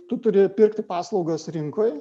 tu turi pirkti paslaugas rinkoje